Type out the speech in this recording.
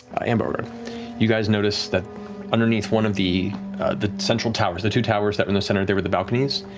and beauregard. you guys notice that underneath one of the the central towers, the two towers that were in the center there where the balcony is,